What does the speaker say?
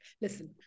listen